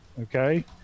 okay